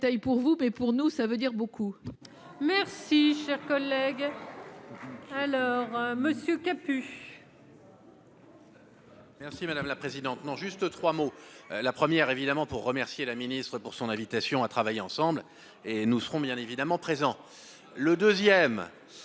pour vous mais pour nous ça veut dire beaucoup. Merci, cher collègue. Alors Monsieur capuche. Merci madame la présidente, non, juste 3 mots la première évidemment pour remercier la ministre pour son invitation à travailler ensemble et nous serons bien évidemment présent, le 2ème,